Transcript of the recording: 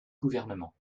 gouvernement